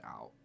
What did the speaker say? out